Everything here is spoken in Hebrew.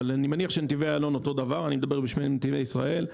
אבל אני מניח שבנתיבי איילון אותו הדבר; אני מדבר בשם נתיבי ישראל.